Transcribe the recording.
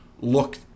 look